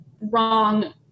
wrong